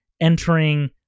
entering